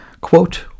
Quote